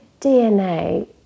DNA